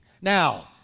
Now